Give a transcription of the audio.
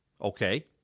okay